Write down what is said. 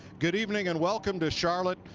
good evening and welcome to charlotte.